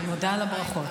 אני מודה על הברכות.